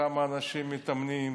כמה אנשים מתאמנים,